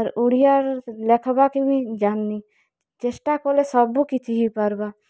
ଆର୍ ଓଡ଼ିଆ ଲେଖ୍ବା କେ ଜାନ୍ଲି ଚେଷ୍ଟା କଲେ ସବୁ କିଛି ହେଇ ପାର୍ବା